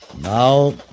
Now